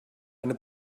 eine